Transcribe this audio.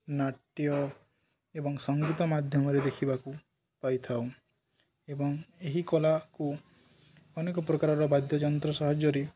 ନାଟ୍ୟ ଏବଂ ସଙ୍ଗୀତ ମାଧ୍ୟମରେ ଦେଖିବାକୁ ପାଇଥାଉ ଏବଂ ଏହି କଳାକୁ ଅନେକ ପ୍ରକାରର ବାଦ୍ୟଯନ୍ତ୍ର ସାହାଯ୍ୟରେ